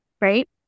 Right